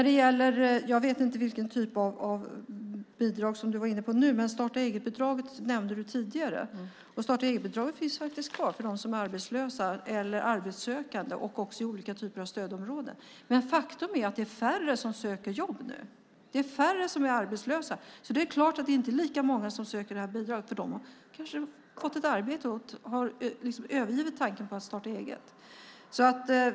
Jag vet inte vilken typ av bidrag som du var inne på nu, men du nämnde starta-eget-bidraget tidigare. Starta-eget-bidraget finns faktiskt kvar för dem som är arbetslösa eller arbetssökande och också i olika typer av stödområden. Men faktum är att det är färre som söker jobb nu. Det är färre som är arbetslösa. Då är det inte lika många som söker det här bidraget. De har kanske fått ett arbete och övergett tanken på att starta eget.